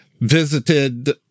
visited